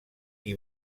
qui